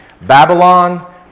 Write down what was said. Babylon